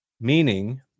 meaning